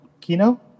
kino